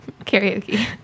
Karaoke